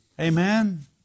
Amen